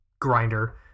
grinder